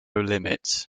limits